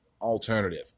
alternative